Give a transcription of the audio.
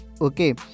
okay